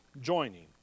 joining